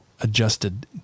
adjusted